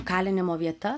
kalinimo vieta